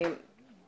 חברי הכנסת.